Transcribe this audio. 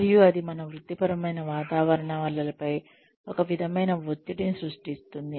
మరియు అది మన వృత్తిపరమైన వాతావరణాలపై ఒక విధమైన ఒత్తిడిని సృష్టిస్తోంది